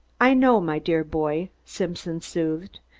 i know, my dear boy, simpson soothed.